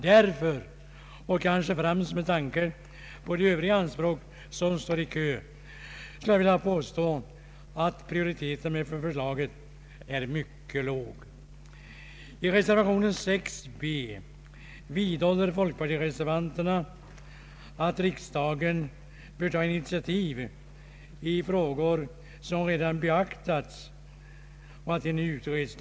Därför, och kanske främst med tanke på de övriga anspråk som står i kö, skulle jag vilja påstå att prioriteten för förslaget är mycket låg. I reservation b vid punkten 18 vidhåller folkpartireservanterna att riksdagen skall ta initiativ i frågor som redan beaktats.